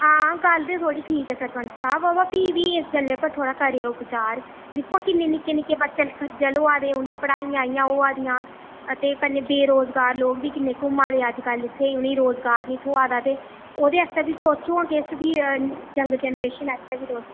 हां गल्ल ते थुआड़ी ठीक ऐ सरपंच साह्ब बा भी इस गल्लै पर करेओ बचार दिक्खो आं किन्ने निक्के निक्के बच्चे खज्जल होआ दे उं'दी पढ़ाइयां इ'यां होआ दियां ते कन्नै बेरोजगार लोग भी किन्ने घुम्मै दे अजकल इत्थै इ'नें ई रोजगार निं थ्होआ दा ते ओह्दे आस्तै बी सोचो आं किश भी यंग जनरेशन आस्तै बी तुस